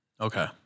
Okay